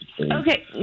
Okay